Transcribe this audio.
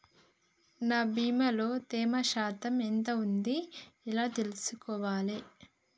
నా భూమి లో తేమ శాతం ఎంత ఉంది ఎలా తెలుసుకోవాలే?